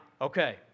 okay